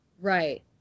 right